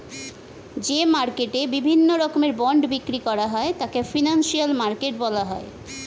যে মার্কেটে বিভিন্ন রকমের বন্ড বিক্রি করা হয় তাকে ফিনান্সিয়াল মার্কেট বলা হয়